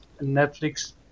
Netflix